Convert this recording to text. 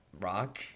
rock